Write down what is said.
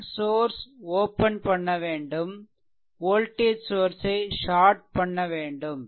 current source open பண்ண வேண்டும் voltage source ஐ ஷார்ட் பண்ண வேண்டும்